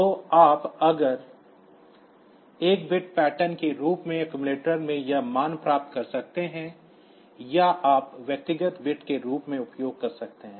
तो आप एक 8 बिट पैटर्न के रूप में accumulator में यह मान प्राप्त कर सकते हैं या आप व्यक्तिगत बिट्स के रूप में उपयोग कर सकते हैं